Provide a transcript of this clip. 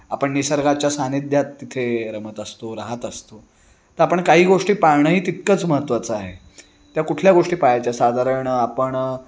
आपण निसर्गाच्या सानिध्यात तिथे रमत असतो राहत असतो आता आपण काही गोष्टी पाळणंही तितकंच महत्त्वाचं आहे त्या कुठल्या गोष्टी पाहायच्या साधारण आपण